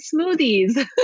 smoothies